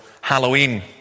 Halloween